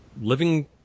living